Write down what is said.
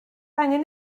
angen